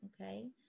okay